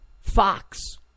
Fox